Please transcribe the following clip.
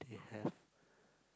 they have